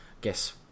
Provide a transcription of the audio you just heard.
guess